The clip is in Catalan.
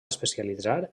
especialitzar